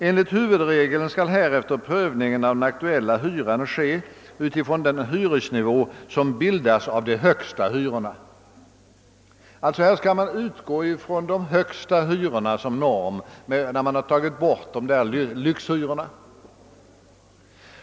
Enligt huvudregeln skall härefter prövningen av den aktuella hyran ske utifrån den hyresnivå som bildas av de högsta hyrorna.» Man skall alltså utgå från de högsta hyrorna som norm, sedan lyxhyrorna tagits bort.